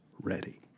ready